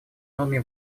новыми